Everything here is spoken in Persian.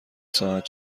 ساعت